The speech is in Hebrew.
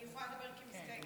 אני יכולה לדבר כמסתייגת.